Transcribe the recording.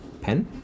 Pen